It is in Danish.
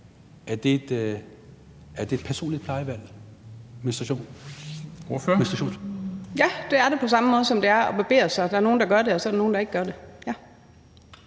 Mette Hjermind Dencker (DF): Ja, det, der er det på samme måde, som det er at barbere sig, og der er nogle, der gør det, og der er nogle, der ikke gør det.